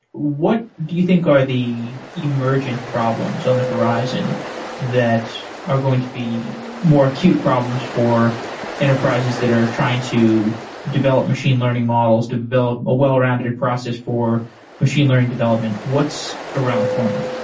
what do you think are the emergent problems on the horizon that are going to be more acute problems for enterprises that are trying to develop machine learning models, develop a well-rounded process for machine learning development? what's around the corner?